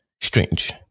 strange